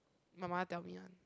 my mother tell me one